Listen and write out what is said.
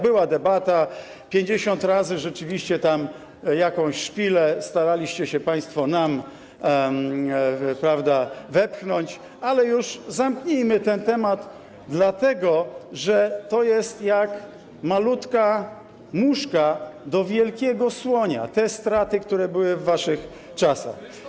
Była debata, 50 razy rzeczywiście jakąś szpile staraliście się państwo nam wepchnąć, ale już zamknijmy ten temat, dlatego że to jest jak malutka muszka do wielkiego słonia, jeżeli chodzi o te straty, które były w waszych czasach.